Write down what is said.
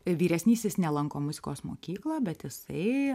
vyresnysis nelanko muzikos mokyklą bet jisai